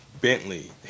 Bentley